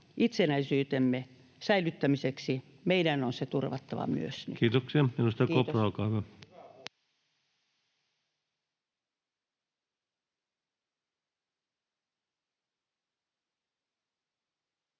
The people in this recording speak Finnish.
itsenäisyytemme säilyttämiseksi. Meidän on se turvattava nyt. — Kiitos.